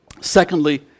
Secondly